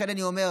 לכן אני אומר,